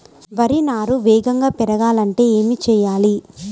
వరి నారు వేగంగా పెరగాలంటే ఏమి చెయ్యాలి?